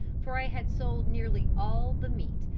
for i had sold nearly all the meat,